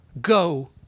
go